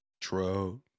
True